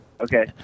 Okay